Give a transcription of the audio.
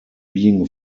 being